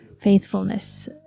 faithfulness